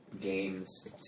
games